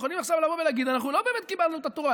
הם יכולים עכשיו לומר: אנחנו לא באמת קיבלנו את התורה.